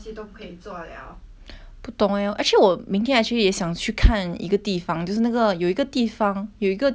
不懂 eh actually 我明天 actually 也想去看一个地方就是那个有一个地方有一个地方就是那种 play game 的叫什么